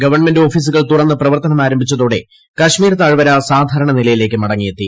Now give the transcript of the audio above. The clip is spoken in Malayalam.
ഗവൺമെന്റ് ഓഫീസുകൾ തുറന്ന് പ്രവർത്തനം ആരംഭിച്ചതോടെ കാശ്മീർ താഴ്വര സാധാരണ നിലയിലേക്ക് മടങ്ങിയെത്തി